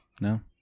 No